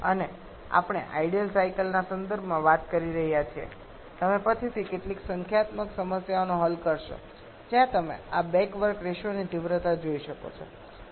અને આ આપણે આઇડલ સાયકલના સંદર્ભમાં વાત કરી રહ્યા છીએ તમે પછીથી કેટલીક સંખ્યાત્મક સમસ્યાઓ હલ કરશો જ્યાં તમે આ બેક વર્ક રેશિયોની તીવ્રતા જોઈ શકો છો